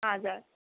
हजुर